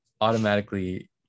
automatically